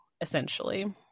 essentially